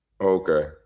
Okay